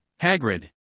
Hagrid